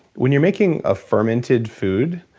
when you're making a fermented food,